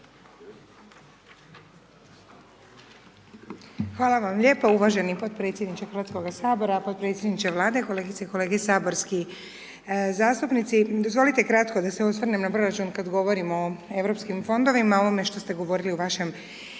Hvala vam lijepa uvaženi potpredsjedniče Hrvatskoga sabora, podpredsjedniče Vlade, kolegice i kolege saborski zastupnici, dozvolite kratko da se osvrnem na proračun kad govorimo o europskim fondovima o ovome što ste govorili isto